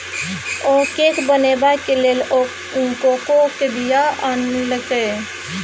ओ cake बनेबाक लेल कोकोक बीया आनलकै